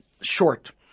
short